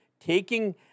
taking